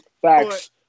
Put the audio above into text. Facts